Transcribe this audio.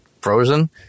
frozen